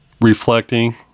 reflecting